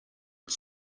its